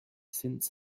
since